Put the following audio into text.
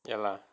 ya lah